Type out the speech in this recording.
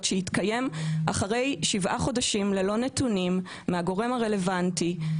שהתקיים אחרי שבעה חודשים ללא נתונים מהגורם הרלוונטי.